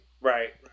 right